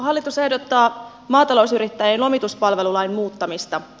hallitus ehdottaa maatalousyrittäjien lomituspalvelulain muuttamista